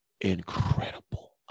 incredible